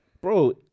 Bro